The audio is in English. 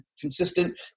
consistent